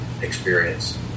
experience